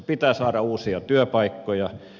pitää saada uusia työpaikkoja